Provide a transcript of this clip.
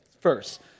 First